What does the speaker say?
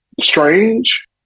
strange